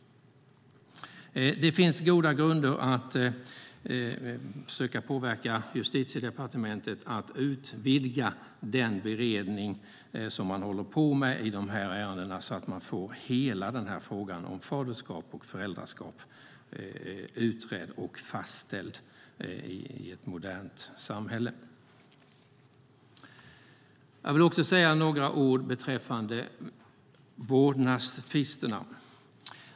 Det finns goda grunder att söka påverka Justitiedepartementet att utvidga den beredning man håller på med i dessa ärenden så att vi får hela frågan om faderskapet och föräldraskapet utredd och fastställd i ett modernt samhälle. Jag vill också säga några ord beträffande vårdnadstvisterna.